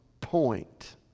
point